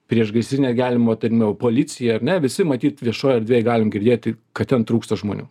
priešgaisrinė gelbėjimo tarnyba policija ar ne visi matyt viešoj erdvėj galim girdėti kad ten trūksta žmonių